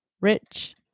rich